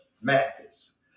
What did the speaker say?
mathis